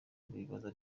bibaza